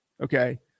Okay